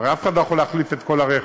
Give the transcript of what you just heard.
הרי אף אחד לא יכול להחליף את כל הרכב,